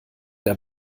der